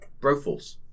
Broforce